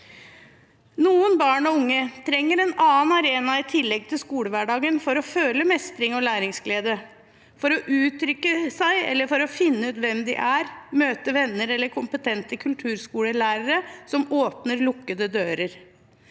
Noen barn og unge trenger en annen arena i tillegg til skolehverdagen for å føle mestring og læringsglede, for å uttrykke seg eller for å finne ut hvem de er, for å møte venner eller kompetente kulturskolelærere som åpner lukkede dører.